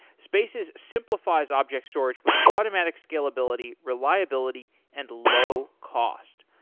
spaces simplifies object storage with automatic scalability, reliability and low cost.